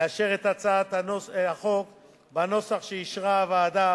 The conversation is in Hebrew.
לאשר את הצעת החוק בנוסח שאישרה הוועדה